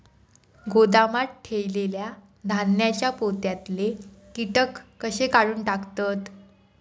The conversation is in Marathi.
गोदामात ठेयलेल्या धान्यांच्या पोत्यातले कीटक कशे काढून टाकतत?